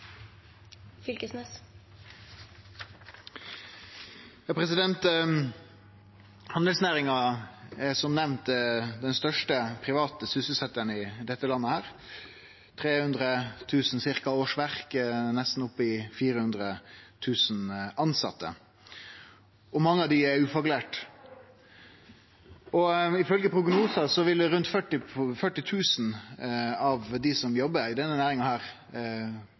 som nemnt den største private næringa i dette landet, med ca. 300 000 årsverk, oppe i nesten 400 000 tilsette. Mange av dei er ufaglærte. Ifølgje prognosar vil rundt 40 000 av dei som jobbar i denne næringa her,